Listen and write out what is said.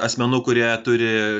asmenų kurie turi